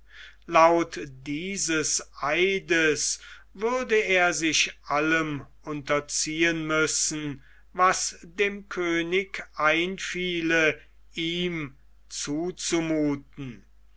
laut diesem eides würde er sich allem unterziehen müssen was dem könige einfiele ihm zuzumuthen